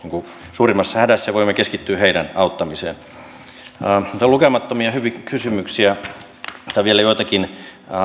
suurimmassa hädässä ja voimme keskittyä heidän auttamiseensa täällä on lukemattomia hyviä kysymyksiä otan vielä joitakin